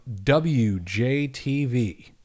WJTV